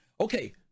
okay